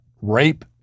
rape